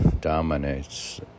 dominates